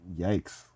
yikes